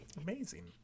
Amazing